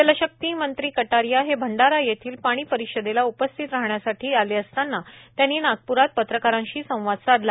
जलशक्ती मंत्री कटारिया हे भंडारा येथील पाणी परिषदेला उपस्थित राहण्यासाठी आले असताना त्यांनी नागपूर इथं पत्रकारांशी संवाद साधला